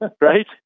right